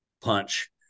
punch